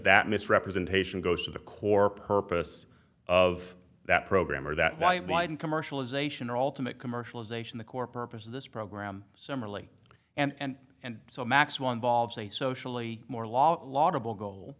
that misrepresentation goes to the core purpose of that program or that white wine commercialization or alternate commercialization the core purpose of this program similarly and and so max one volves a socially more laudable goal